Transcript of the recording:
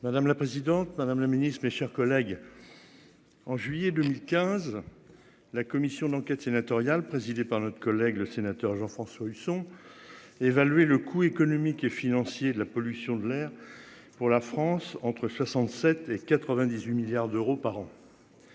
Madame la présidente Madame la Ministre, mes chers collègues. En juillet 2015 la commission d'enquête sénatoriale présidée par notre collègue le sénateur Jean-François Husson. Évalué le coût économique et financier de la pollution de l'air pour la France entre 67 et 98 milliards d'euros par an.